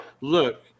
look